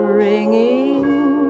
ringing